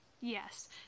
yes